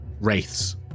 Wraiths